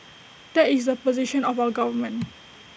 that is the position of our government